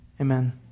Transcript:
Amen